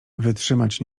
wytrzymać